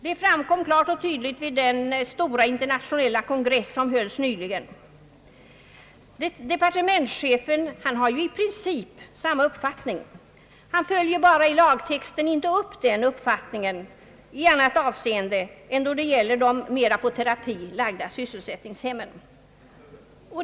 Detta framgick klart och tydligt under den stora internationella kongress som hölls nyligen. Departementschefen har ju i princip samma uppfattning. Han följer bara inte upp den i lagtexten — annat än då det gäller de mera på terapi inriktade sysselsättningshemmen.